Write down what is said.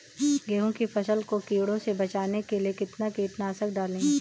गेहूँ की फसल को कीड़ों से बचाने के लिए कितना कीटनाशक डालें?